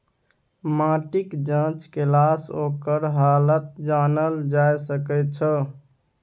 माटिक जाँच केलासँ ओकर हालत जानल जा सकैत छै